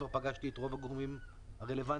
כי כולנו רואים עכשיו מה זה להשתקם מהגל הראשון.